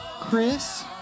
Chris